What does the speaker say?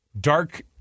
dark